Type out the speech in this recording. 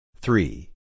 three